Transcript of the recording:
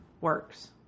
works